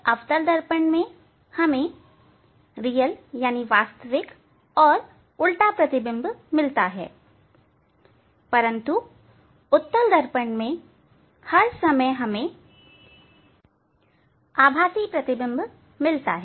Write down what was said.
अवतल दर्पण में हमें वास्तविक और उल्टा प्रतिबिंब मिलता है परंतु उत्तल दर्पण में हर समय हमें आभासी प्रतिबिंब मिलता है